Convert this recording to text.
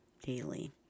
daily